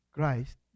Christ